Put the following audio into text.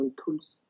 tools